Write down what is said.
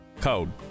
code